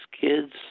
kids